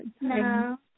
No